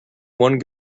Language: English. one